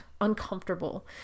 uncomfortable